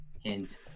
Hint